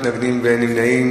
בעד, 7, אין מתנגדים ואין נמנעים.